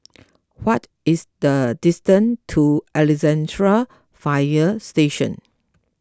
what is the distance to Alexandra Fire Station